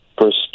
first